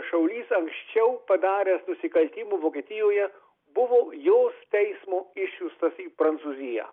šaulys anksčiau padaręs nusikaltimų vokietijoje buvo jos teismo išsiųstas į prancūziją